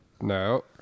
No